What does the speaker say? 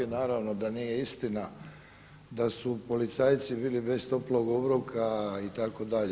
Naravno da nije istina da su policajci bili bez toplog obroka itd.